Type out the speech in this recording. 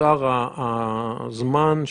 מהאנשים